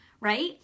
right